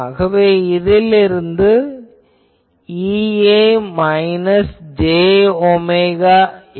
ஆகவே இதிலிருந்து EA minus j omega A